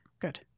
Good